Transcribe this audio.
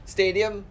Stadium